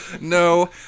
No